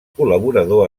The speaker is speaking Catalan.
col·laborador